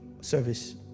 service